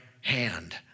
hand